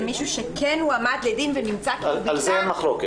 זה מישהו שהועמד לדין ונמצא כי הוא --- על זה אין מחלוקת.